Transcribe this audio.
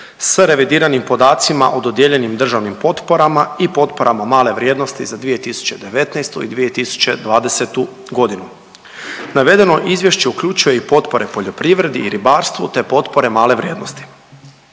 s revidiranim podacima o dodijeljenim državnim potporama i potporama male vrijednosti za 2019. i 2020. g. Navedeno Izvješće uključuje i potpore poljoprivredi i ribarstvu te potpore male vrijednosti.